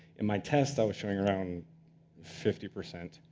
in my test, i was showing around fifty percent